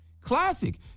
classic